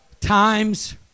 Times